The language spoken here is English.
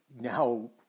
now